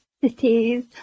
cities